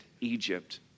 Egypt